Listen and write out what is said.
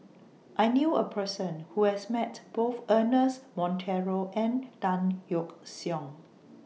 I knew A Person Who has Met Both Ernest Monteiro and Tan Yeok Seong